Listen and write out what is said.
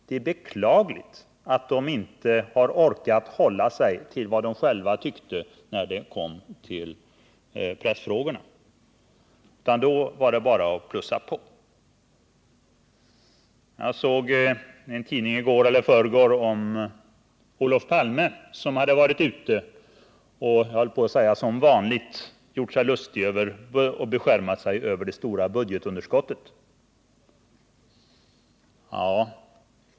Det är beklagligt att de när de kommit till pressfrågorna inte har orkat hålla sig till vad de själva tyckte tidigare. Jag såg i går eller i förrgår i en tidning att Olof Palme hade varit ute och jag höll på att säga som vanligt — gjort sig lustig och beskärmat sig över det stora budgetunderskottet.